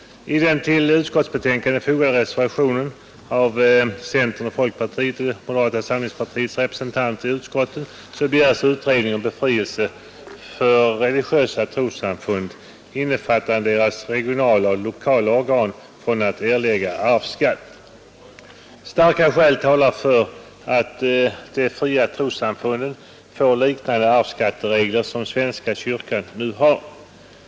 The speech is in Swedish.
I den till utskottsbetänkandet fogade reservationen av centerns, folkpartiets och moderata samlingspartiets representanter i utskottet begärs utredning om befrielse för religiösa trossamfund — innefattande deras regionala och lokala organ — från att erlägga arvsskatt. Starka skäl talar för att de fria trossamfunden får liknande arvsskatteregler som svenska kyrkan nu har.